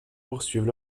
poursuivre